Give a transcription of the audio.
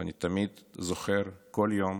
ואני תמיד זוכר, כל יום